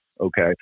Okay